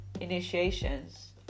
Initiations